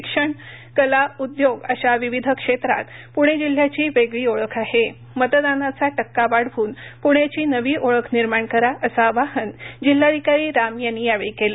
शिक्षण कला उद्योग अशा विविध क्षेत्रात पुणे जिल्हयाची वेगळी ओळख आहे मतदानाचा टक्का वाढवून पुण्याची नवी ओळख निर्माण करा अस आवाहन जिल्हाधिकारी राम यांनी यावेळी केलं